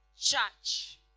church